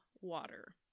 water